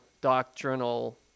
doctrinal